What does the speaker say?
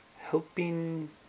Helping